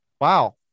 Wow